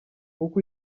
nk’uko